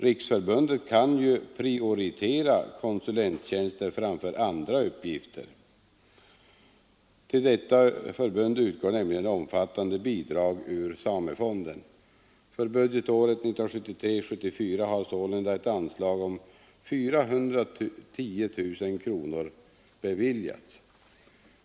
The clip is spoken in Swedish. Riksförbundet kan ju prioritera konsulenttjänster framför andra uppgifter. Till detta förbund utgår nämligen omfattande bidrag ur samefonden. För budgetåret 1973/74 har sålunda ett anslag om 410 000 kronor beviljats.